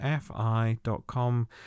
fi.com